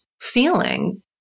feeling